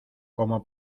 como